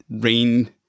rain